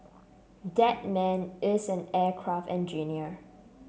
that man is an aircraft engineer